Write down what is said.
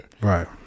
Right